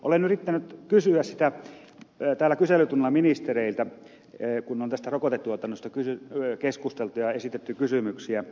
olen yrittänyt kysyä sitä täällä kyselytunnilla ministereiltä kun on tästä rokotetuotannosta keskusteltu ja esitetty kysymyksiä